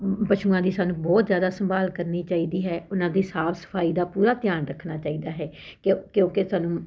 ਪਸ਼ੂਆਂ ਦੀ ਸਾਨੂੰ ਬਹੁਤ ਜ਼ਿਆਦਾ ਸੰਭਾਲ ਕਰਨੀ ਚਾਹੀਦੀ ਹੈ ਉਹਨਾਂ ਦੀ ਸਾਫ਼ ਸਫਾਈ ਦਾ ਪੂਰਾ ਧਿਆਨ ਰੱਖਣਾ ਚਾਹੀਦਾ ਹੈ ਕਿਉਂ ਕਿਉਂਕਿ ਸਾਨੂੰ